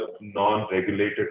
non-regulated